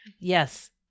yes